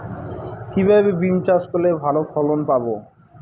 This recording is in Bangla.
কিভাবে বিম চাষ করলে ভালো ফলন পাব?